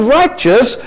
righteous